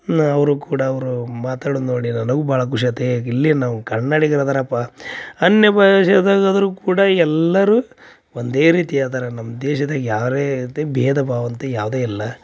ಅವರೂ ಕೂಡ ಅವರು ಮಾತಾಡುದು ನೋಡಿ ನನಗೂ ಭಾಳ ಖುಷಿ ಆತು ಹೇ ಇಲ್ಲೇ ನಾವು ಕನ್ನಡಿಗ್ರು ಅದಾರಪ್ಪ ಅನ್ಯಭಾಷೆದಾಗ ಆದರೂ ಕೂಡ ಎಲ್ಲರೂ ಒಂದೇ ರೀತಿ ಅದರ ನಮ್ಮ ದೇಶದಾಗ ಯಾರೇತಿ ಭೇದ ಭಾವ ಅಂತ ಯಾವುದೇ ಇಲ್ಲ